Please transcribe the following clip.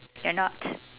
you are not